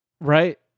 Right